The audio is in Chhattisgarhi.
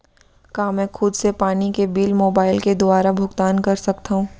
का मैं खुद से पानी के बिल मोबाईल के दुवारा भुगतान कर सकथव?